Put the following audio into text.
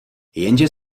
jenže